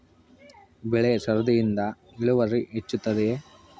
ಬೆಳೆ ಸರದಿಯಿಂದ ಇಳುವರಿ ಹೆಚ್ಚುತ್ತದೆಯೇ?